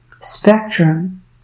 Spectrum